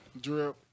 Drip